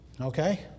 okay